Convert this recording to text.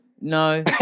no